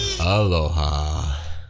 aloha